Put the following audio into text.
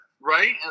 Right